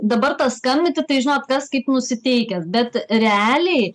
dabar tas skambinti tai žinot kas kaip nusiteikęs bet realiai